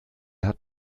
hat